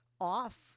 off